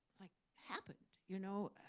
like, happened. you know?